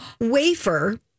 wafer